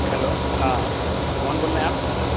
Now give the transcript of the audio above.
hello ہاں کون بول رہے ہیں آپ سر